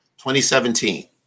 2017